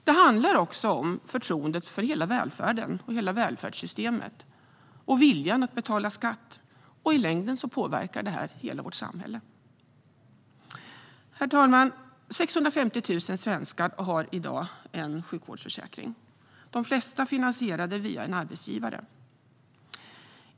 Det handlar också om förtroendet för hela välfärden och välfärdssystemet och viljan att betala skatt. I längden påverkar det hela vårt samhälle. Herr talman! I dag har 650 000 svenskar en sjukvårdsförsäkring. De flesta är finansierade via en arbetsgivare.